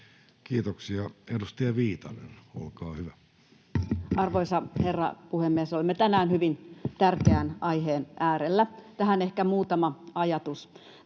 Kiitoksia. — Edustaja Viitanen, olkaa hyvä. Arvoisa herra puhemies! Olemme tänään hyvin tärkeän aiheen äärellä. Tähän ehkä muutama ajatus.